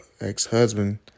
ex-husband